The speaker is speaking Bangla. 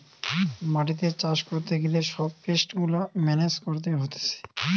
মাটিতে চাষ করতে গিলে সব পেস্ট গুলা মেনেজ করতে হতিছে